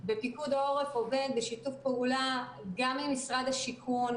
ופיקוד העורף עובד בשיתוף פעולה גם עם משרד השיכון,